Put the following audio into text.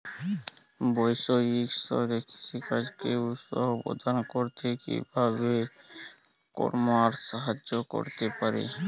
বৈষয়িক স্তরে কৃষিকাজকে উৎসাহ প্রদান করতে কিভাবে ই কমার্স সাহায্য করতে পারে?